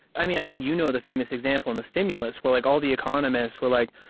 i mean, i think you know the famous example in the stimulus where like all the economists were like,